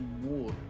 more